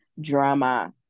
drama